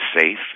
safe